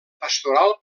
pastoral